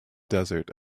desert